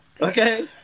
Okay